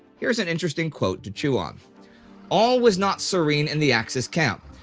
here's an interesting quote to chew on all was not serene in the axis camp.